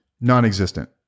Non-existent